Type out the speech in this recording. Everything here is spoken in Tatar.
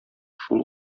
шул